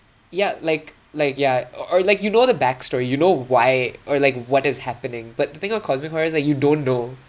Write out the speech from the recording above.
ya like like ya o~ or like you know the back story you know why or like what is happening but the thing of course requires that you don't know